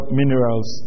minerals